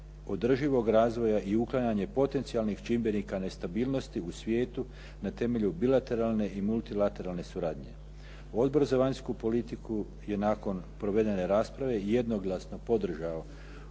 održivog razvoja i uklanjanje potencijalnih čimbenika nestabilnosti u svijetu na temelju bilateralne i multilateralne suradnje. Odbor za vanjsku politiku je nakon provedene rasprave jednoglasno podržao